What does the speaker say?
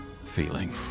feeling